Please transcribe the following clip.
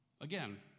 Again